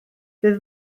bydd